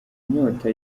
inyota